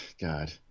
God